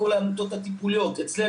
כל העמותות הטיפוליות,